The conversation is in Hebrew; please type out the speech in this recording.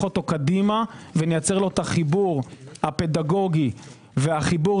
אותו קדימה ונייצר לו את החיבור הפדגוגי והחיבור